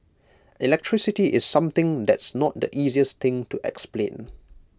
electricity is something that's not the easiest thing to explain